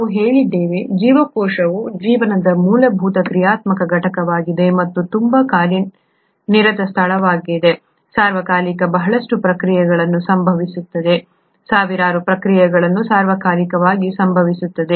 ನಾವು ಹೇಳಿದ್ದೇವೆ ಜೀವಕೋಶವು ಜೀವನದ ಮೂಲಭೂತ ಕ್ರಿಯಾತ್ಮಕ ಘಟಕವಾಗಿದೆ ಮತ್ತು ಇದು ತುಂಬಾ ಕಾರ್ಯನಿರತ ಸ್ಥಳವಾಗಿದೆ ಸಾರ್ವಕಾಲಿಕ ಬಹಳಷ್ಟು ಪ್ರತಿಕ್ರಿಯೆಗಳು ಸಂಭವಿಸುತ್ತವೆ ಸಾವಿರಾರು ಪ್ರತಿಕ್ರಿಯೆಗಳು ಸಾರ್ವಕಾಲಿಕವಾಗಿ ಸಂಭವಿಸುತ್ತವೆ